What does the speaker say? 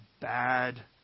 bad